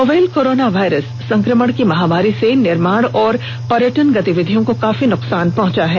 novel coronavirus संक्रमण की महामारी से निर्माण और पर्यटन गतिविधियों को काफी नुकसान पहुंचा है